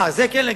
אה, זה כן לגרש.